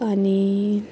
आनी